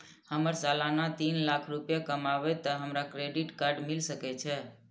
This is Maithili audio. हमर सालाना तीन लाख रुपए कमाबे ते हमरा क्रेडिट कार्ड मिल सके छे?